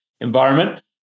environment